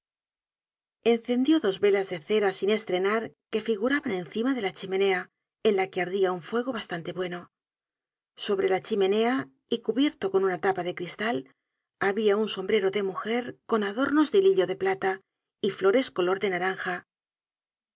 encendió dos velas de cera sin estrenar que figuraban encima de la chimenea en la que ardia un fuego bastante bueno sobre la chimenea y cubierto con una tapa de cristal habia un sombrero de mujer con adornos de hilillo de plata y flores color de naranja